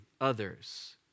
others